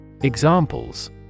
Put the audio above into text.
Examples